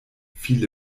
viele